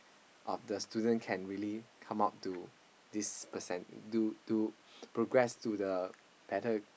of the student can really come out to this percent to to progress to the better